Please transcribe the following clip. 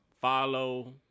follow